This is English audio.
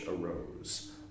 arose